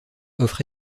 offre